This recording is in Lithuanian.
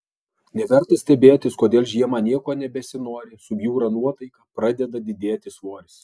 neverta stebėtis kodėl žiemą nieko nebesinori subjūra nuotaika pradeda didėti svoris